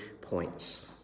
points